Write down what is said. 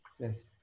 Yes